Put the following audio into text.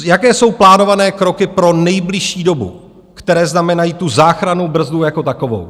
Jaké jsou plánované kroky pro nejbližší dobu, které znamenají tu záchrannou brzdu jako takovou.